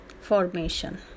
formation